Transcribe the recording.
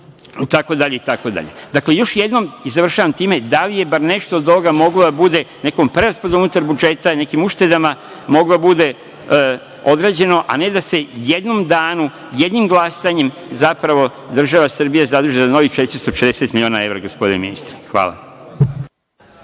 bezbednosti i tako dalje. Dakle, još jednom i završavam time, da li je bar nešto od toga moglo da bude nekom preraspodelom unutar budžeta, nekim uštedama moglo da bude određeno, a ne da se jednom danu, jednim glasanjem, zapravo, država Srbija zaduži za novih 460 miliona evra, gospodine ministre. Hvala.